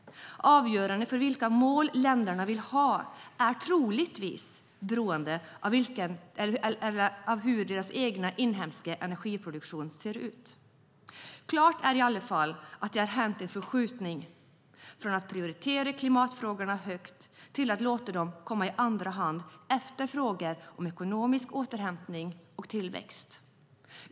Avgörande för vilka mål länderna vill ha är troligtvis beroende av deras egna inhemska energiproduktion. Klart är i alla fall att det har skett en förskjutning från att prioritera klimatfrågorna högt till att låta dem komma i andra hand efter frågorna om ekonomisk återhämtning och tillväxt.